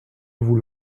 vous